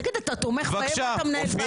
תגיד, אתה תומך בהם או אתה מנהל ועדה?